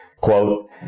Quote